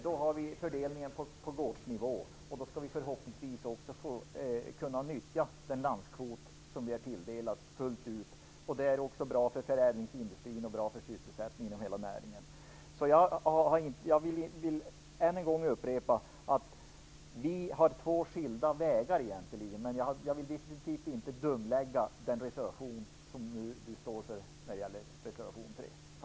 Då har vi fördelningen klar på gårdsnivå och skall förhoppningsvis också kunna nyttja den landskvot som vi är tilldelade fullt ut. Det är också bra för förädlingsindustrin, för sysselsättningen och för hela näringen. Jag vill än en gång upprepa att vi har två skilda vägar. Men jag vill definitivt inte kalla reservation 3, som Eva Eriksson står för, dum.